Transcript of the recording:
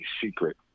secret